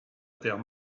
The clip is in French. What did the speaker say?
terre